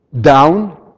down